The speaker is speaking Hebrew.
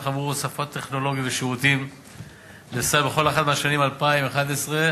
עבור הוספת טכנולוגיה ושירותים בכל אחת מהשנים 2011 2013,